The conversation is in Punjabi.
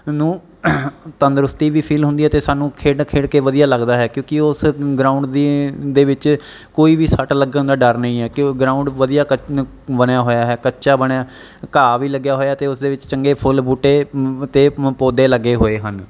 ਨੂੰ ਤੰਦਰੁਸਤੀ ਵੀ ਫੀਲ ਹੁੰਦੀ ਹੈ ਅਤੇ ਸਾਨੂੰ ਖੇਡਾਂ ਖੇਡ ਕੇ ਵਧੀਆ ਲੱਗਦਾ ਹੈ ਕਿਉਂਕਿ ਉਸ ਗਰਾਊਂਡ ਦੀ ਦੇ ਵਿੱਚ ਕੋਈ ਵੀ ਸੱਟ ਲੱਗਣ ਦਾ ਡਰ ਨਹੀਂ ਹੈ ਕਿ ਗਰਾਊਂਡ ਵਧੀਆ ਕ ਬਣਿਆ ਹੋਇਆ ਹੈ ਕੱਚਾ ਬਣਿਆ ਘਾਹ ਵੀ ਲੱਗਿਆ ਹੋਇਆ ਅਤੇ ਉਸ ਦੇ ਵਿੱਚ ਚੰਗੇ ਫੁੱਲ ਬੂਟੇ ਅਤੇ ਪੌਦੇ ਲੱਗੇ ਹੋਏ ਹਨ